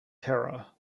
terra